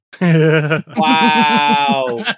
Wow